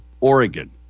Oregon